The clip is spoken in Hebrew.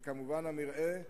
וכמובן המרעה,